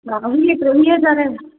ॿावीह चोवीह हज़ार